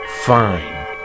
Fine